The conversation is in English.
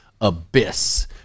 abyss